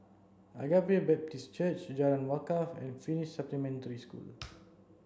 Agape Baptist Church Jalan Wakaff and Finnish Supplementary School